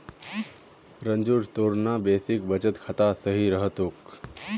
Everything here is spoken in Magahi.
रंजूर तोर ना बेसिक बचत खाता सही रह तोक